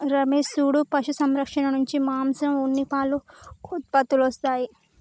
రమేష్ సూడు పశు సంరక్షణ నుంచి మాంసం ఉన్ని పాలు ఉత్పత్తులొస్తాయి